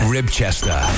Ribchester